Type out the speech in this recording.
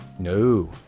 No